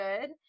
good